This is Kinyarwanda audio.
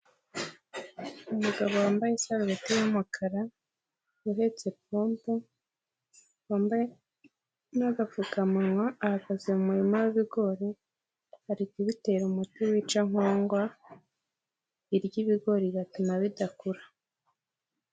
Umugabo wambaye isarumiti y'umukara, uhetse ipombo, wambaye n'agapfukamunwa, ahagaze mu murima w'ibigori, aribitera umuti wica nkongwa, irya ibigo igatuma bidakura.